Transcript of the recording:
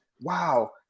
Wow